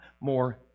more